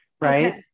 right